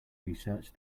research